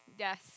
Yes